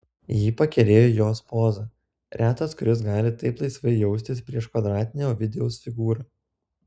jį pakerėjo jos poza retas kuris gali taip laisvai jaustis prieš kvadratinę ovidijaus figūrą